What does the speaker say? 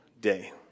day